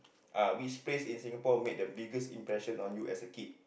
ah which place in Singapore made the biggest impression on you as a kid